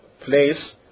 place